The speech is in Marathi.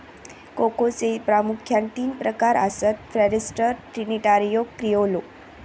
कोकोचे प्रामुख्यान तीन प्रकार आसत, फॉरस्टर, ट्रिनिटारियो, क्रिओलो